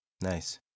Nice